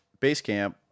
Basecamp